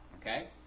Okay